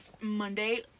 Monday